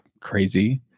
crazy